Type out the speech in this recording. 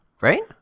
Right